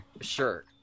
sure